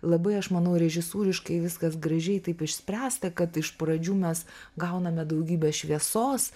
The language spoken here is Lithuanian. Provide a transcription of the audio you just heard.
labai aš manau režisūriškai viskas gražiai taip išspręsta kad iš pradžių mes gauname daugybę šviesos